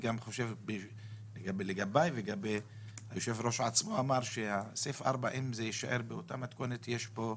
גם אני וגם היושב-ראש אמרנו שאם סעיף 4 יישאר באותה מתכונת,